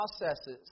processes